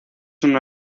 una